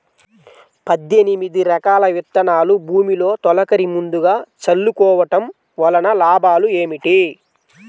పద్దెనిమిది రకాల విత్తనాలు భూమిలో తొలకరి ముందుగా చల్లుకోవటం వలన లాభాలు ఏమిటి?